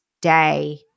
day